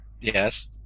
Yes